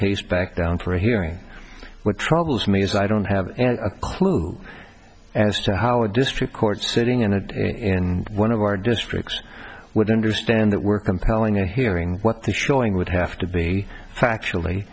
case back down for a hearing what troubles me is i don't have a clue as to how a district court sitting in a in one of our districts would understand that we're compelling in hearing what the showing would have to be